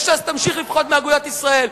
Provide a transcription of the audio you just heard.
וש"ס תמשיך לפחד מאגודת ישראל,